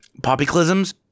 poppyclisms